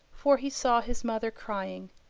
for he saw his mother crying.